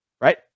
Right